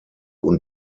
und